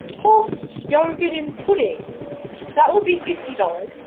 horse you're getting pudding that will be fifty dollars